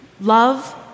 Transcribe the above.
Love